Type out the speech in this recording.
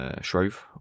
Shrove